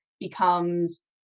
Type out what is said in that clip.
becomes